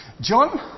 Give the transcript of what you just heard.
John